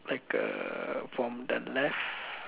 like a from the left